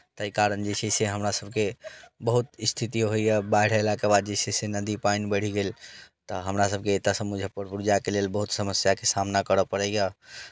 एहि कारण जे छै से हमरासभके बहुत स्थिति होइए बाढ़ि अयलाके बाद जे छै से नदी पानि बाढ़ि गेल तऽ हमरासभके एतयसँ मुजफ्फरपुर जायके लेल बहुत समस्याके सामना करय पड़ैए